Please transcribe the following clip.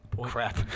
crap